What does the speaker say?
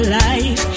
life